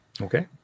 Okay